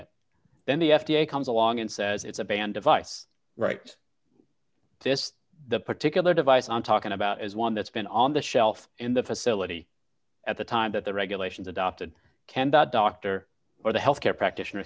it then the f d a comes along and says it's a band device right this particular device on talking about is one that's been on the shelf in the facility at the time that the regulations adopted can that doctor or the health care practitioner